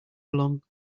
along